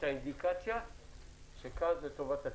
אינדיקציה שזה טובת הציבור?